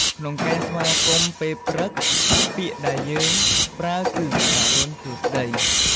ក្នុងការស្វាគមន៍ពេលព្រឹក ពាក្យដែលយើងប្រើគឺ អរុណសួស្ដី។